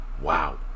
wow